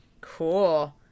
Cool